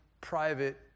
private